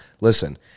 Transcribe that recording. listen